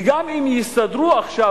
וגם אם יסתדרו עכשיו,